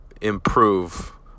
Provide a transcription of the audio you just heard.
improve